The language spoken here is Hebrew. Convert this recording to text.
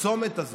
בצומת הזה